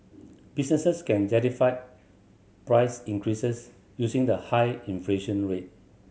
businesses can justify price increases using the high inflation rate